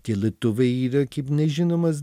tie lietuviai yra kaip nežinomas